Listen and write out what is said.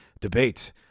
debate